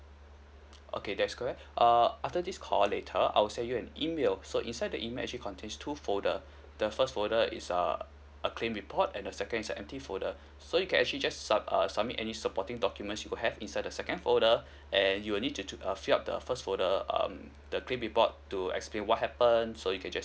okay that is correct err after this call later I will send you an email so inside the email actually contain two folder the first folder is err a claim report and the second is a empty folder so you can actually just sub~ err submit any supporting documents you have inside the second folder and you will need to to uh fill up the first folder um the claim report to explain what happen so you can just